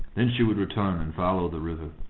then she would return and follow the river.